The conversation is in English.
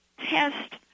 Test